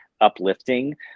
uplifting